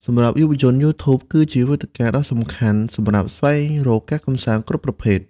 សម្រាប់យុវជន YouTube គឺជាវេទិកាដ៏សំខាន់សម្រាប់ស្វែងរកការកម្សាន្តគ្រប់ប្រភេទ។